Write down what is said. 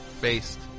based